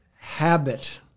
habit